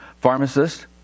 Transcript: pharmacist